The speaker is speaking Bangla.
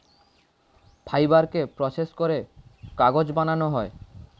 ফাইবারকে প্রসেস করে কাগজ বানানো হয়